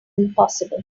impossible